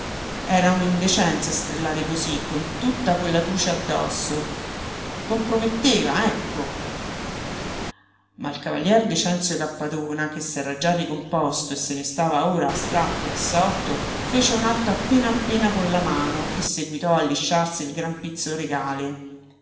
era un'indecenza strillare cosí con tutta quella trucia addosso comprometteva ecco ma il cavalier decenzio cappadona che s'era già ricomposto e se ne stava ora astratto e assorto fece un atto appena appena con la mano e seguitò a lisciarsi il gran pizzo regale